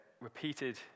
repeated